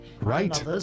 Right